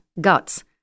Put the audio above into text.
Guts